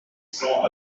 cents